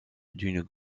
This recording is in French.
d’une